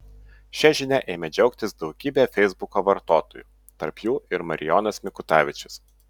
šia žinia ėmė džiaugtis daugybė feisbuko vartotojų tarp jų ir marijonas mikutavičius